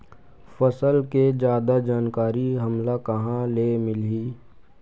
फसल के जादा जानकारी हमला कहां ले मिलही?